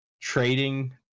trading